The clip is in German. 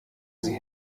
sie